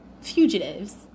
fugitives